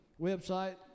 website